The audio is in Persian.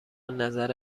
نظر